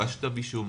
הוגש כתב אישום,